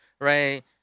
right